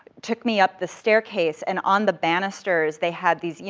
took me up the staircase, and on the banisters, they had these, you